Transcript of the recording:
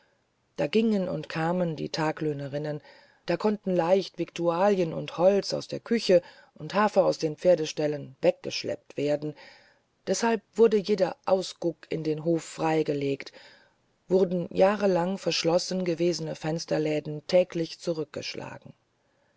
da gingen und kamen die taglöhnerinnen da konnten leicht viktualien und holz aus der küche und hafer aus den pferdeställen weggeschleppt werden deshalb wurde jeder ausguck in den hof freigelegt wurden jahrelang verschlossen gewesene fensterläden täglich zurückgeschlagen